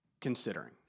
considering